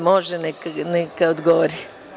Može neka odgovori.